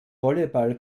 volleyball